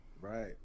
Right